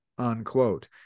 unquote